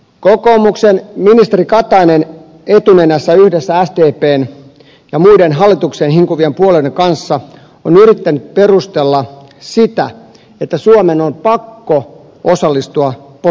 kokoomuksen ministeri katainen etunenässä yhdessä sdpn ja muiden hallitukseen hinkuvien puolueiden kanssa on yrittänyt perustella sitä että suomen on pakko osallistua portugalin tukemiseen